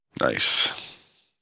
Nice